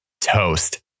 toast